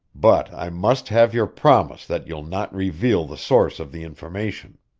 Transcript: but i must have your promise that you'll not reveal the source of the information.